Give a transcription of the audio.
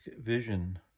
vision